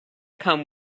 come